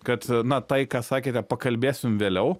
kad na tai ką sakėte pakalbėsim vėliau